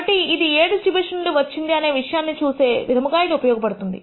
కాబట్టి ఇది ఏ డిస్ట్రిబ్యూషన్ నుండి వచ్చింది అనే విషయాన్ని చూసే విధముగా ఇది ఉపయోగపడుతుంది